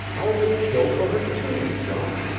i would kill for her, too, jean.